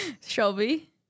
Shelby